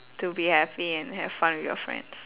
to be happy and have fun with your friends